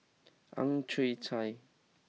Ang Chwee Chai